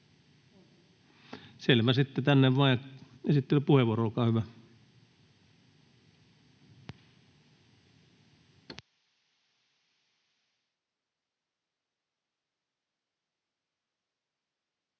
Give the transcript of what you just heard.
Selvä, sitten tänne vaan, ja esittelypuheenvuoro, olkaa hyvä.